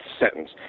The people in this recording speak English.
sentence